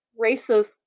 racist